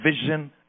vision